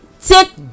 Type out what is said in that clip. take